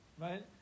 right